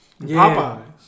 Popeye's